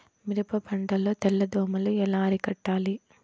మిరప పంట లో తెల్ల దోమలు ఎలా అరికట్టాలి?